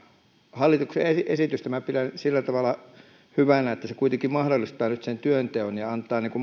hallituksen esitystä minä pidän sillä tavalla hyvänä että se kuitenkin mahdollistaa nyt sen työnteon ja antaa